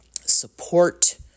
support